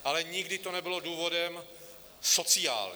Ale nikdy to nebylo důvodem sociálním.